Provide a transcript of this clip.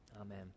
Amen